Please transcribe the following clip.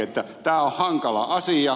tämä on hankala asia